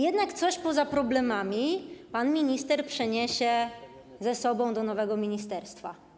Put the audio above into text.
Jednak coś poza problemami pan minister przeniesie ze sobą do nowego ministerstwa.